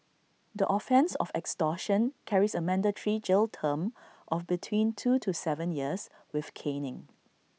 the offence of extortion carries A mandatory jail term of between two to Seven years with caning